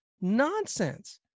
nonsense